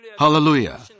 Hallelujah